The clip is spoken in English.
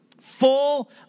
full